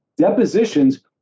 Depositions